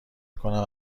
کنم